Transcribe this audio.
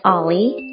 Ollie